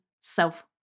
self